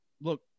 look